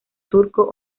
turco